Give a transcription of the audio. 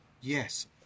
Yes